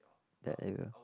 that area